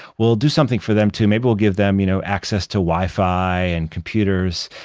we'll do something for them too. maybe we'll give them you know access to wifi and computers.